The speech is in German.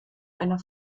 einer